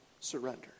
surrender